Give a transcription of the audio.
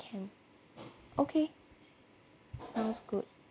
can okay sounds good